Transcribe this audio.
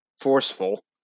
forceful